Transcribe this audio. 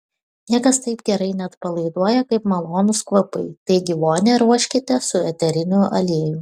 niekas taip gerai neatpalaiduoja kaip malonūs kvapai taigi vonią ruoškite su eteriniu aliejumi